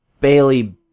Bailey